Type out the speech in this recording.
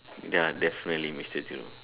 ya definitely mister Thiru